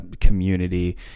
community